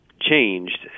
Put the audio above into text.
changed